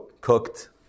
cooked